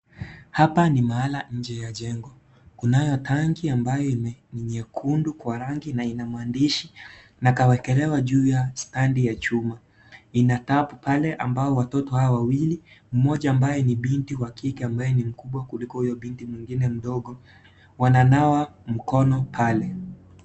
Hapa ni mahala nje ya jengo, kunayo tanki ambayo ni nyekundu kwa rangi na ina maandishi na kawekelewa juu ya stendi ya chuma. Ina (cs) tap (cs) pale ambapo watoto hawa wawili, mmoja ambaye ni binti wa kike ambaye ni mkubwa kuliko huyo binti mwingine mdogo. Wananawa mkono pale.